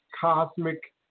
cosmic